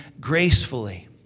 gracefully